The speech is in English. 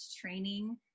training